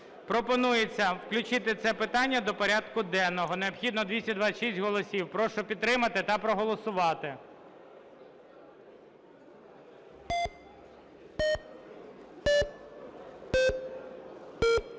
Пропонується включити це питання до порядку денного, необхідно 226 голосів. Прошу підтримати та проголосувати.